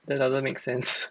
but that doesn't make sense